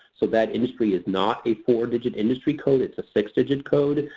so that industry is not a four digit industry code it's a six digit code,